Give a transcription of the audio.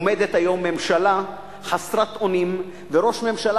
עומדת היום ממשלה חסרת אונים וראש ממשלה